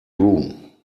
room